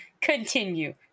Continue